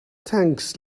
thanks